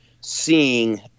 seeing